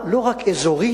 מעצמה, לא רק אזורית,